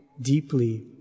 deeply